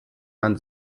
man